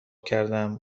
کردم